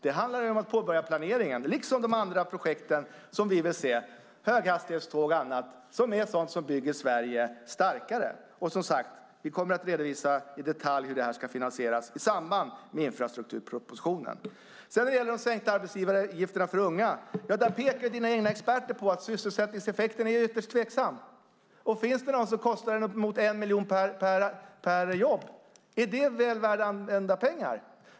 Det handlar om att påbörja planeringen, liksom de andra projekt som vi vill se, som höghastighetståg och annat, som bygger Sverige starkare. Som sagt: Vi kommer att redovisa i detalj hur det ska finansieras i samband med infrastrukturpropositionen. När det gäller de sänkta arbetsgivaravgifterna för unga: Där pekar dina egna experter på att sysselsättningseffekten är ytterst tveksam, och finns det någon kostar den uppemot 1 miljon per jobb. Är det väl använda pengar?